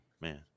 man